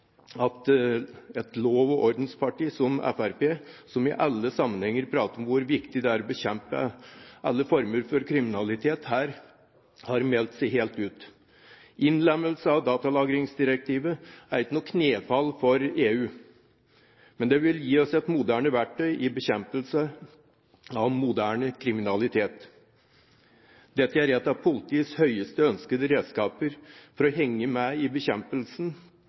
som Fremskrittspartiet, som i alle sammenhenger prater om hvor viktig det er å bekjempe alle former for kriminalitet, her har meldt seg helt ut. Innlemmelse av datalagringsdirektivet er ikke noe knefall for EU, men det vil gi oss et moderne verktøy i bekjempelse av moderne kriminalitet. Dette er et av politiets høyest ønskede redskaper for å henge med i bekjempelsen